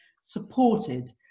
supported